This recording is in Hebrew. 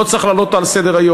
שלא צריכה לעלות על סדר-היום.